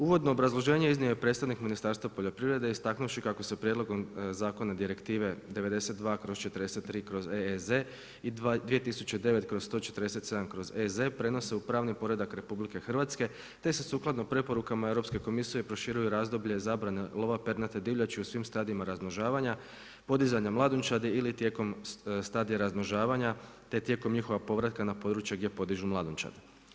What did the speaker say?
Uvodno obrazloženje iznio je predstavnik Ministarstva poljoprivrede istaknuvši kako se prijedlogom zakona Direktive 92/43/EEZ i 2009/147/EZ prenose u pravni poredak RH te se sukladno preporukama Europske komisije proširuju razdoblje zabrane lova pernate divljači u svim stadijima razmnožavanja, podizanja mladunčadi ili tijekom stadija razmnožavanja te tijekom njihova povratka na područja gdje podižu mladunčad.